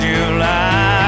July